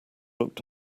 looked